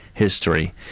History